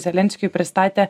zelenskiui pristatė